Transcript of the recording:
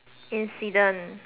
incident